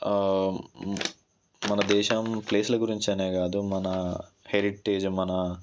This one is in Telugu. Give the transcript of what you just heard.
మన దేశం ప్లేస్ల గురించి అనే కాదు మన హెరిటేజ్ మన